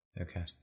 okay